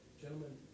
gentlemen